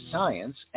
Science